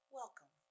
welcome